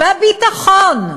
בביטחון,